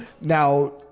Now